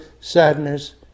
sadness